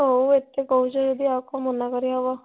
ହଉ ଏତେ କହୁଛ ଯଦି ଆଉ କ'ଣ ମନା କରିହେବ